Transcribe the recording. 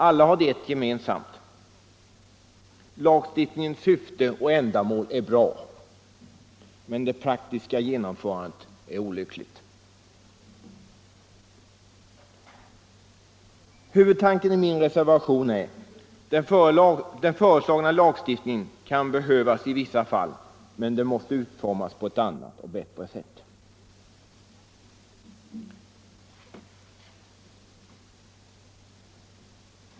Alla har de ett gemensamt: Lagstiftningens syfte och ändamål är bra, men det praktiska genomförandet är olyckligt. Huvudtanken i min reservation är: Den föreslagna lagstiftningen kan behövas i vissa fall men den måste utformas på ett annat och bättre sätt.